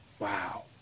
Wow